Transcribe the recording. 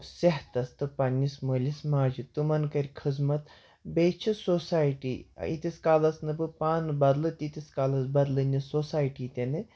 صحتَس تہٕ پنٕنِس مٲلِس ماجہِ تِمَن کَرِ خدمَت بیٚیہِ چھِ سوسایٹی ییٖتِس کالَس نہٕ بہٕ پانہٕ بَدلہٕ تیٖتِس کالَس بَدلہٕ نہٕ سوسایٹی تہِ نہٕ